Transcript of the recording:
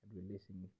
Releasing